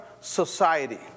society